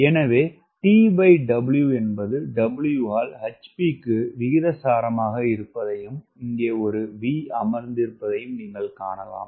எனவே TW என்பது W ஆல் hp க்கு விகிதாசாரமாக இருப்பதையும் இங்கே ஒரு V அமர்ந்திருப்பதையும் நீங்கள் காணலாம்